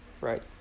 right